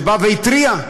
שבא והתריע.